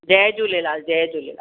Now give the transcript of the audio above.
हा जय झूलेलाल जय झूलेलाल